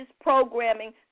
programming